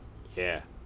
yeah